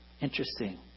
Interesting